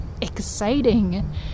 exciting